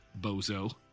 bozo